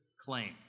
claim